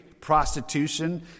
prostitution